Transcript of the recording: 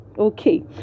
Okay